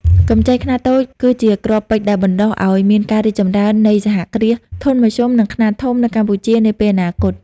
កម្ចីខ្នាតតូចគឺជាគ្រាប់ពូជដែលបណ្ដុះឱ្យមានការរីកចម្រើននៃសហគ្រាសធុនមធ្យម និងខ្នាតធំនៅកម្ពុជានាពេលអនាគត។